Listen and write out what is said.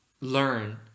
learn